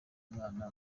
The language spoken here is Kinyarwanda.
umwana